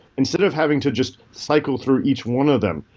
instead of having to just cycle through each one of them,